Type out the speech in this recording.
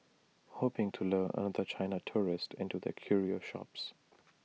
hoping to lure another China tourist into their curio shops